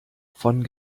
von